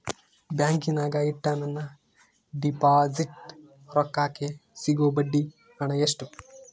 ಬ್ಯಾಂಕಿನಾಗ ಇಟ್ಟ ನನ್ನ ಡಿಪಾಸಿಟ್ ರೊಕ್ಕಕ್ಕೆ ಸಿಗೋ ಬಡ್ಡಿ ಹಣ ಎಷ್ಟು?